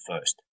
first